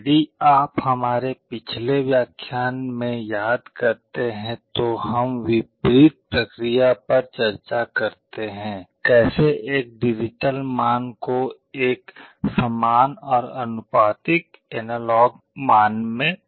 यदि आप हमारे पिछले व्याख्यान में याद करते हैं तो हम विपरीत प्रक्रिया पर चर्चा करते हैं कैसे एक डिजिटल मान को एक समान और आनुपातिक एनालॉग मान में परिवर्तित करते हैं